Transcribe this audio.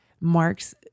Mark's